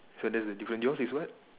so that's the difference yours is what